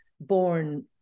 born